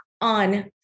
on